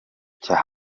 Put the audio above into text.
cya